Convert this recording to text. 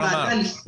הובאו בזמנו